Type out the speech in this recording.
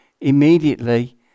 immediately